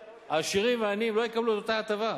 שהעשירים והעניים לא יקבלו את אותה הטבה.